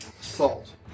salt